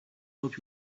help